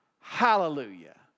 Hallelujah